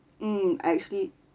mm actually